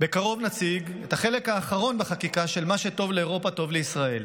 ובקרוב נציג את החלק האחרון בחקיקה של "מה שטוב לאירופה טוב לישראל"